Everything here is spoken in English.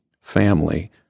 family